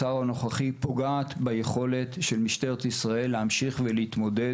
פוגעת ביכולת של משטרת ישראל להמשיך ולהתמודד